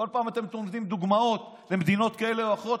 כל פעם אתם נותנים דוגמאות ממדינות כאלה או אחרות,